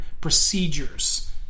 procedures